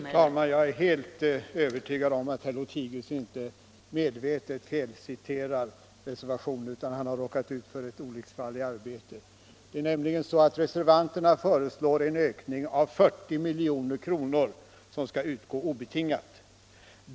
Fru talman! Jag är helt övertygad om att herr Lothigius inte medvetet felciterar reservationen utan har råkat ut för ett olycksfall i arbetet. Re servanterna föreslår en ökning med 40 milj.kr., som skall utgå obetingat.